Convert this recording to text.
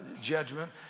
judgment